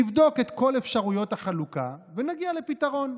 נבדוק את כל אפשרויות החלוקה ונגיע לפתרון.